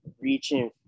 reaching